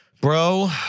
Bro